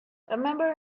remember